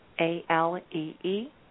A-L-E-E